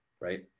right